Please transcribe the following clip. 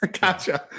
Gotcha